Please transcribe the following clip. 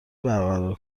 برقرار